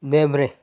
देब्रे